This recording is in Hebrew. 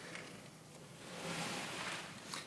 תודה.